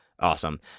Awesome